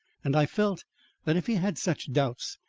and i felt that if he had such doubts,